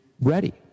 ready